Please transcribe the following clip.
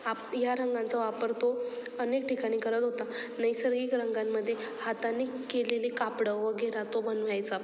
आप या रंगांचा वापर तो अनेक ठिकाणी करत होता नैसर्गिक रंगांमध्ये हातानी केलेले कापड वगैरे तो बनवायचा